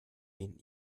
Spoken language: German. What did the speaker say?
wen